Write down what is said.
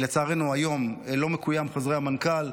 לצערנו, היום לא מקוימים חוזרי המנכ"ל.